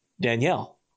Danielle